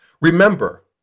Remember